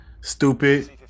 Stupid